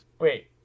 Wait